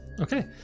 okay